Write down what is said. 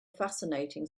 fascinating